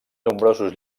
nombrosos